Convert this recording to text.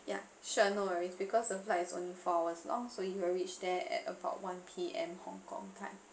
ya sure no worries because the flight is only four hours long so you'll reach there at about one P_M hong kong time